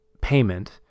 payment